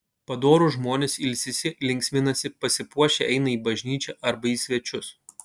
padorūs žmonės ilsisi linksminasi pasipuošę eina į bažnyčią arba į svečius